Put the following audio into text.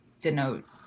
denote